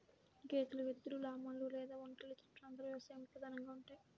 గేదెలు, ఎద్దులు, లామాలు లేదా ఒంటెలు ఇతర ప్రాంతాల వ్యవసాయంలో ప్రధానంగా ఉంటాయి